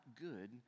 good